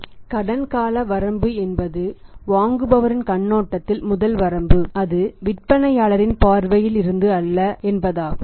எனவே கடன் கால வரம்பு என்பது வாங்குபவரின் கண்ணோட்டத்தில் முதல் வரம்பு அது விற்பனையாளரின் பார்வையில் இருந்து அல்ல என்பதாகும்